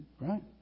right